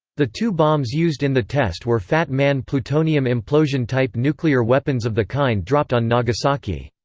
the two bombs used in the test were fat man plutonium implosion-type nuclear weapons of the kind dropped on nagasaki.